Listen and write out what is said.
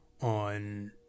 on